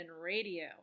Radio